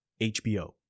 HBO